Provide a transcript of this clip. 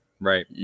Right